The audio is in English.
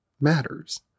matters